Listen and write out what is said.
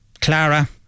Clara